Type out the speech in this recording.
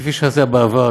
כפי שעשה בעבר,